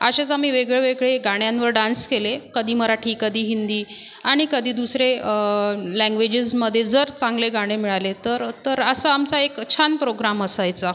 असेच आम्ही वेगळेवेगळे गाण्यांवर डान्स केले कधी मराठी कधी हिंदी आणि कधी दुसरे लँग्वेजेसमध्ये जर चांगले गाणे मिळाले तर तर असा आमचा एक छान प्रोग्राम असायचा